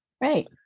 Right